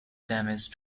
damage